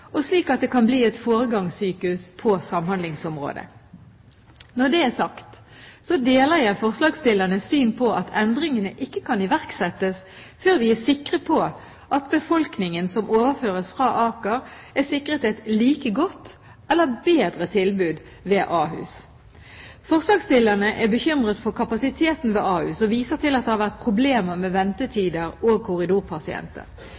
og slik at det kan bli et foregangssykehus på samhandlingsområdet. Når det er sagt, deler jeg forslagsstillernes syn på at endringene ikke kan iverksettes før vi er sikre på at befolkningen som overføres fra Aker, er sikret et like godt eller bedre tilbud ved Ahus. Forslagsstillerne er bekymret for kapasiteten ved Ahus og viser til at det har vært problemer med